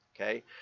Okay